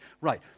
Right